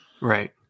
right